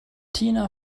tina